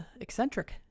eccentric